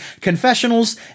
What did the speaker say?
confessionals